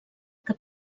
que